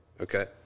Okay